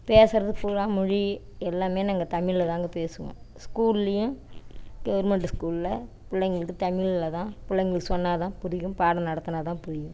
பேசுறது பூராக மொழி எல்லாமே நாங்கள் தமிழில் தாங்க பேசுவோம் ஸ்கூல்லேயும் கவுர்மெண்டு ஸ்கூலில் பிள்ளைங்களுக்கு தமிழில் தான் பிள்ளைங்களுக்கு சொன்னால் தான் புரியும் பாடம் நடத்தினா தான் புரியும்